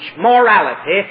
morality